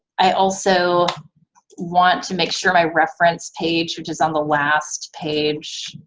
i also want to make sure my reference page, which is on the last page,